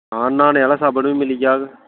हां न्हानें आह्ला साबन बी मिली जाह्ग